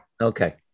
Okay